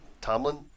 Tomlin